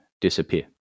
disappear